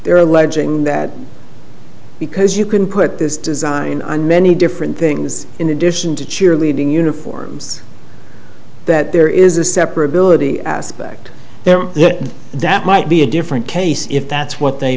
they're alleging that because you can put this design on many different things in addition to cheerleading uniforms that there is a separate ability aspect there that might be a different case if that's what they